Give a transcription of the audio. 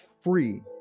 free